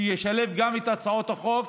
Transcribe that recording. שישלב גם את הצעות החוק